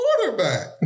quarterback